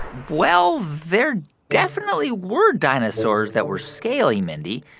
well, there definitely were dinosaurs that were scaly, mindy.